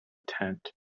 tent